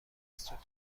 مسدود